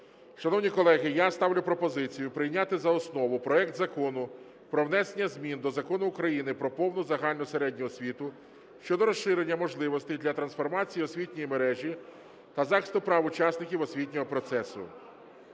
Шановні колеги, я ставлю пропозицію прийняти за основу проект Закону про внесення змін до Закону України "Про повну загальну середню освіту" щодо розширення можливостей для трансформації освітньої мережі та захисту прав учасників освітнього процесу